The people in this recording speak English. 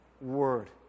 word